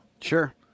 Sure